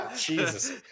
Jesus